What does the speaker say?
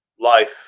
life